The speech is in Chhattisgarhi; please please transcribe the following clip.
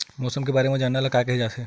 मौसम के बारे म जानना ल का कहे जाथे?